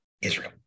Israel